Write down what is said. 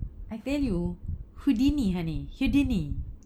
I tell you houdini honey houdini